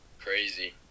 Crazy